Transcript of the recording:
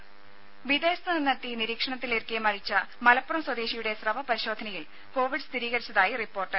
രുമ വിദേശത്ത് നിന്നെത്തി നിരീക്ഷണത്തിലിരിക്കെ മരിച്ച മലപ്പുറം സ്വദേശിയുടെ സ്രവ പരിശോധനയിൽ കോവിഡ് സ്ഥിരീകരിച്ചതായി റിപ്പോർട്ട്